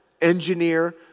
engineer